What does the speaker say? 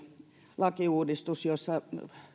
lakiuudistus jossa